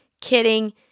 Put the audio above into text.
kidding